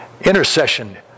Intercession